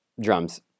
drums